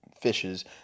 fishes